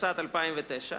התשס"ט 2009,